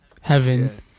heaven